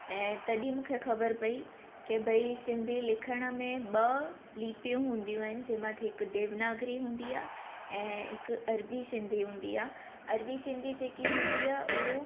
ऐं तॾहिं मूंखे ख़बर पई के भई सिंधी लिखण में ॿ लिपियूं हूंदियूं आहिनि जंहिं मां हिकु देवनागरी हूंदी आहे ऐं हिकु अरबी सिंधी हूंदी आहे अरबी सिंधी जेकी हूंदी आहे उहो